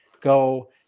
go